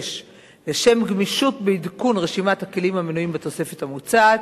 6. לשם גמישות בעדכון רשימת הכלים המנויים בתוספת המוצעת,